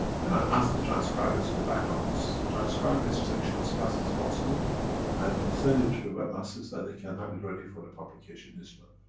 and i asked the transcribers in the background, so transcribe this section as fast as possible and send it to the webmasters and they can have it ready for the publication this month.